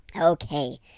Okay